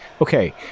okay